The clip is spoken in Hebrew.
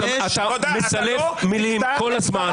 אתה מסלף מילים כל הזמן.